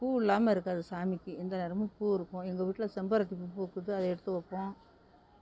பூ இல்லாமல் இருக்காது சாமிக்கு எந்த நேரமும் பூ இருக்கும் எங்கள் வீட்டில் செம்பருத்திப் பூ பூக்குது அதை எடுத்து வைப்போம்